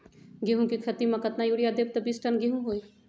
गेंहू क खेती म केतना यूरिया देब त बिस टन गेहूं होई?